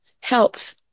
helps